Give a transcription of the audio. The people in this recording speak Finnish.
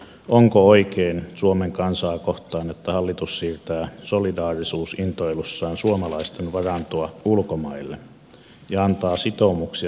onko oikein suomen kansaa kohtaan että hallitus siirtää solidaarisuusintoilussaan suomalaisten varantoa ulkomaille ja antaa sitoumuksia sen mukaisesti